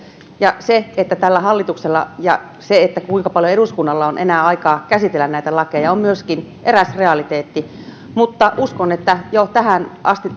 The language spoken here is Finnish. se kuinka paljon tällä hallituksella ja tällä eduskunnalla on enää aikaa käsitellä näitä lakeja on myöskin eräs realiteetti uskon että jo tähän asti